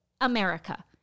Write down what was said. America